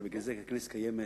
הרי בגלל זה הכנסת קיימת,